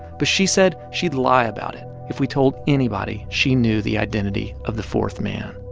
but she said she'd lie about it if we told anybody she knew the identity of the fourth man